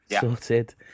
sorted